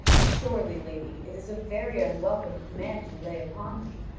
surely, lady, it is a very unwelcome command you lay upon me.